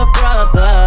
brother